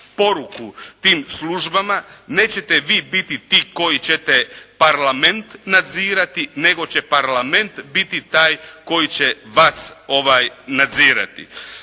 tim službama, nećete vi biti ti koji ćete Parlament nadzirati nego će Parlament biti taj koji će vas nadzirati.